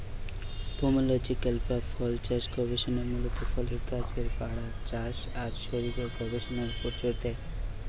pomological বা ফলচাষ গবেষণা মূলত ফলের গাছের বাড়া, চাষ আর শরীরের গবেষণার উপর জোর দেয়